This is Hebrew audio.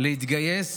להתגייס